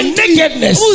nakedness